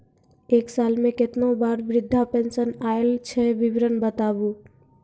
एक साल मे केतना बार वृद्धा पेंशन आयल छै विवरन बताबू?